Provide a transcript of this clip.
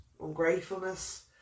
ungratefulness